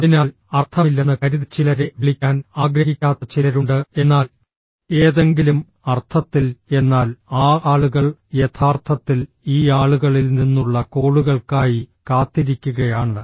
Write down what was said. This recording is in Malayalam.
അതിനാൽ അർത്ഥമില്ലെന്ന് കരുതി ചിലരെ വിളിക്കാൻ ആഗ്രഹിക്കാത്ത ചിലരുണ്ട് എന്നാൽ ഏതെങ്കിലും അർത്ഥത്തിൽ എന്നാൽ ആ ആളുകൾ യഥാർത്ഥത്തിൽ ഈ ആളുകളിൽ നിന്നുള്ള കോളുകൾക്കായി കാത്തിരിക്കുകയാണ്